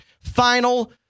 final